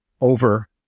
over